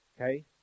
Okay